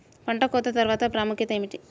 పంట కోత తర్వాత ప్రాముఖ్యత ఏమిటీ?